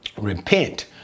Repent